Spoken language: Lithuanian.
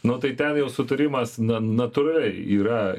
nu tai ten jau sutarimas na natūraliai yra